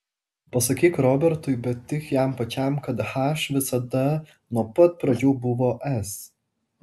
pasakyk robertui bet tik jam pačiam kad h visada nuo pat pradžių buvo s